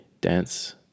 dance